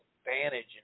advantage